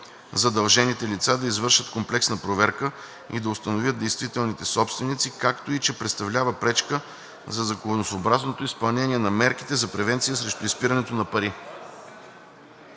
задължените лица да извършат комплексна проверка и да установят действителните собственици, както и че представлява пречка за законосъобразното изпълнение на мерките за превенция срещу изпирането на пари.